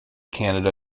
canada